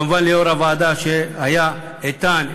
כמובן ליושב-ראש הוועדה שהיה איתן,